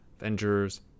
Avengers